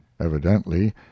evidently